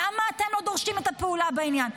למה אתם לא דורשים את הפעולה בעניין?